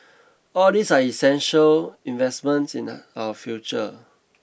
all these are essential investments in our future